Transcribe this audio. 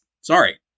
sorry